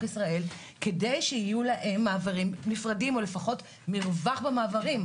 ישראל כדי שיהיו להם מעברים נפרדים או לפחות מרווח במעברים.